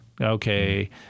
Okay